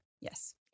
Yes